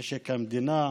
משק המדינה,